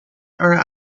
are